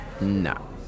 No